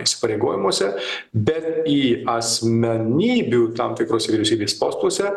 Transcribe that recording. įsipareigojimuose bet į asmenybių tam tikruose vyriausybės postuose